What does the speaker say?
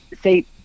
say